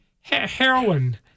heroin